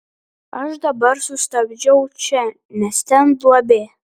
aš dabar sustabdžiau čia nes ten duobė